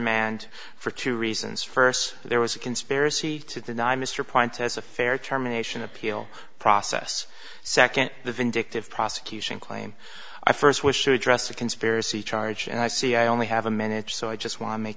mand for two reasons first there was a conspiracy to deny mr pointis a fair terminations appeal process second the vindictive prosecution claim i first wish to address the conspiracy charge and i see i only have a minute so i just want to make